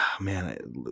man